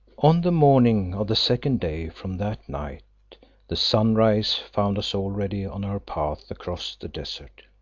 on the morning of the second day from that night the sunrise found us already on our path across the desert.